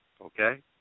okay